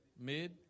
Mid